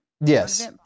yes